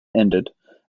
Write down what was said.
ended